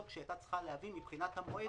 כשהיא הייתה צריכה להביא מבחינת המועד